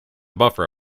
buffer